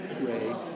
Ray